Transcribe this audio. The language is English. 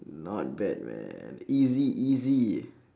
not bad man easy easy